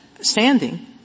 standing